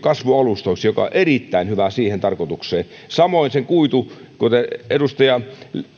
kasvualustoiksi turve on erittäin hyvä siihen tarkoitukseen samoin kuten edustaja